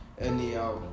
anyhow